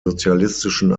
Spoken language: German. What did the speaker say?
sozialistischen